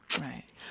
Right